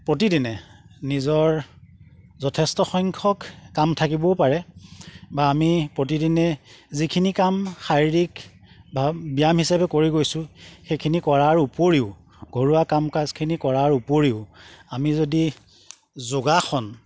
প্ৰতিদিনে নিজৰ যথেষ্ট সংখ্যক কাম থাকিবও পাৰে বা আমি প্ৰতিদিনে যিখিনি কাম শাৰীৰিক বা ব্যায়াম হিচাপে কৰি গৈছোঁ সেইখিনি কৰাৰ উপৰিও ঘৰুৱা কাম কাজখিনি কৰাৰ উপৰিও আমি যদি যোগাসন